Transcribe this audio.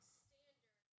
standard